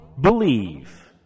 believe